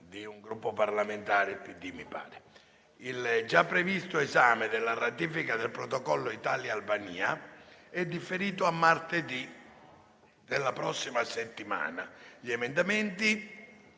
Il già previsto esame della ratifica del Protocollo Italia-Albania è differito a martedì della prossima settimana.